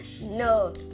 No